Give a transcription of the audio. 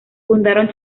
fundaron